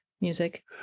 music